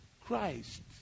Christ